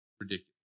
ridiculous